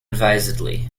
advisedly